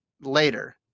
later